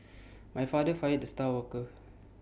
my father fired the star worker